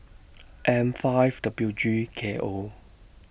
M five W G K O